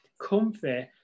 comfy